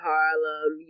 Harlem